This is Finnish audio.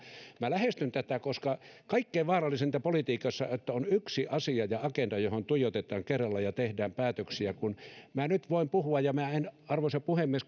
minä lähestyn tätä koska kaikkein vaarallisinta politiikassa on että on yksi asia ja agenda johon tuijotetaan kerrallaan ja tehdään päätöksiä kun minä nyt voin puhua ja en arvoisa puhemies